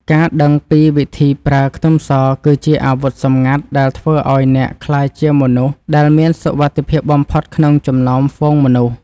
ការដឹងពីវិធីប្រើខ្ទឹមសគឺជាអាវុធសម្ងាត់ដែលធ្វើឱ្យអ្នកក្លាយជាមនុស្សដែលមានសុវត្ថិភាពបំផុតក្នុងចំណោមហ្វូងមនុស្ស។